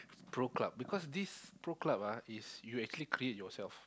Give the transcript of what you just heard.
Pro Club because this Pro Club ah is you actually create it yourself